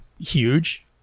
huge